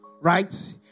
right